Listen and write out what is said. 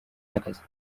n’akazi